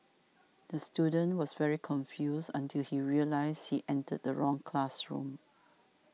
the student was very confused until he realised he entered the wrong classroom